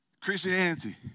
Christianity